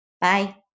Bye